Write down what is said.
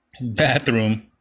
bathroom